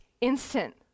instant